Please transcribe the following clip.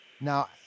Now